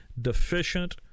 deficient